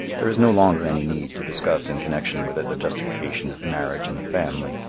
there is no longer any need to discuss in connection with it the justification of marriage and the family,